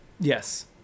yes